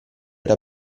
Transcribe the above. era